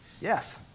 Yes